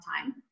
time